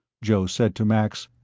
joe said to max,